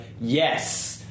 yes